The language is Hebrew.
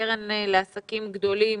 הקרן לעסקים גדולים